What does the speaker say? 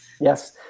Yes